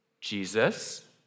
Jesus